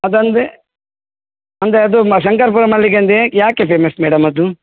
ಅದಂದರೆ ಅಂದರೆ ಅದು ಮ ಶಂಕರಪುರ ಮಲ್ಲಿಗೆ ಅಂತನೇ ಯಾಕೆ ಫೇಮಸ್ ಮೇಡಮ್ ಅದು